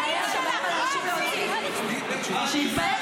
אתה לא סגן יושב-ראש שאמרת פה ביטויים ----- אוה,